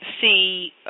see